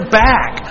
back